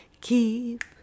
Keep